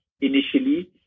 initially